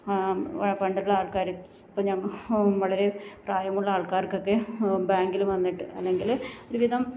പണ്ടുള്ള ആൾക്കാർ ഇപ്പം വളരെ പ്രായമുള്ള ആൾക്കാർക്കൊക്കെ ബാങ്കിൽ വന്നിട്ട് അല്ലെങ്കിൽ ഒരു വിധം